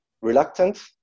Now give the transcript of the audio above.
reluctant